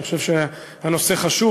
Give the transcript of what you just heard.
אני חושב שהנושא חשוב.